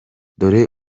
dore